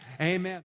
Amen